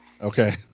Okay